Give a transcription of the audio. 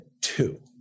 two